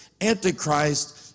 Antichrist